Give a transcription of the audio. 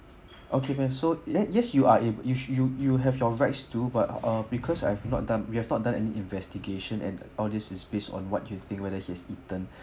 okay ma'am so let yes you are a~ you you you have your rights to but uh because I've not done we have not done any investigation and all this is based on what you think whether he has eaten